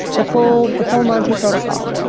the full the full monty protocol.